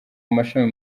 amashami